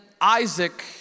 Isaac